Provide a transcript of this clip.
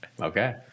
Okay